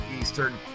Eastern